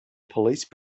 police